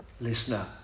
Listener